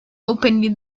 openly